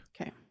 Okay